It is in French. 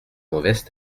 mauvaise